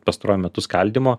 pastaruoju metu skaldymo